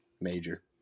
major